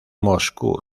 moscú